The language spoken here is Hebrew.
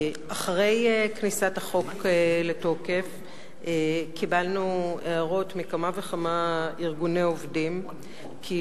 אחרי כניסת החוק לתוקף קיבלנו הערות מכמה וכמה ארגוני עובדים כי